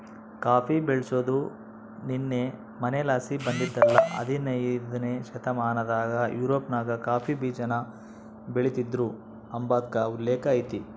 coffee ಬೆಳ್ಸಾದು ನಿನ್ನೆ ಮನ್ನೆಲಾಸಿ ಬಂದಿದ್ದಲ್ಲ ಹದನೈದ್ನೆ ಶತಮಾನದಾಗ ಯುರೋಪ್ನಾಗ ಕಾಫಿ ಬೀಜಾನ ಬೆಳಿತೀದ್ರು ಅಂಬಾದ್ಕ ಉಲ್ಲೇಕ ಐತೆ